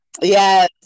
Yes